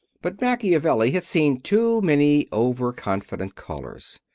but machiavelli had seen too many overconfident callers.